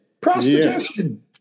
Prostitution